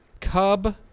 Cub